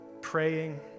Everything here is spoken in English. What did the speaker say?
praying